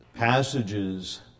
Passages